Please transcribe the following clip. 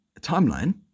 timeline